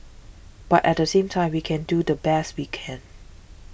but at the same time we can do the best we can